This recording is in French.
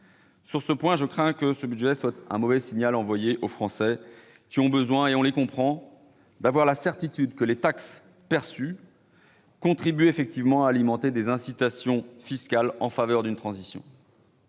Sur ce point, je crains que ce budget ne soit un mauvais signal adressé aux Français. Ceux-ci ont besoin, et on les comprend, d'avoir la certitude que les taxes perçues contribuent effectivement à alimenter des incitations fiscales en faveur d'une transition.